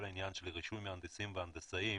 כל העניין של רישום מהנדסים והנדסאים,